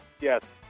Yes